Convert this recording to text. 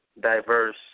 Diverse